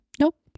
Nope